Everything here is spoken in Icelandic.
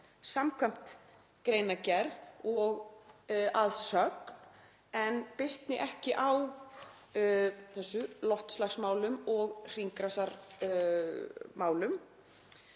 samkvæmt greinargerð og að sögn en bitni ekki á þessum loftslagsmálum og hringrásarmálum